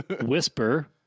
whisper